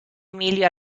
emilio